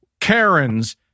Karens